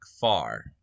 far